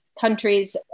countries